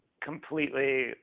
completely